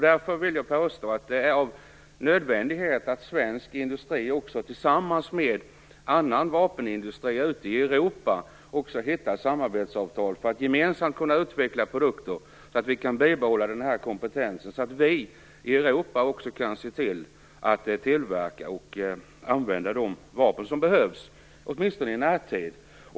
Därför vill jag påstå att det är av nödvändighet att svensk industri, tillsammans med annan vapenindustri ute i Europa, får samarbetsavtal för att gemensamt kunna utveckla produkter så att vi kan bibehålla kompetensen och se till att i Europa kunna tillverka och använda de vapen som behövs, åtminstone i en närtid.